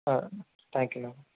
thank you madam